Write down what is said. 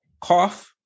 cough